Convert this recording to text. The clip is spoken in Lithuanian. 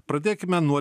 pradėkime nuo